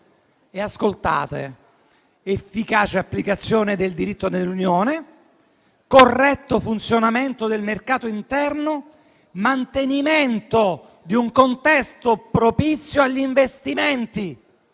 - ascoltate - efficace applicazione del diritto dell'Unione, corretto funzionamento del mercato interno, mantenimento di un contesto propizio agli investimenti.